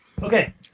Okay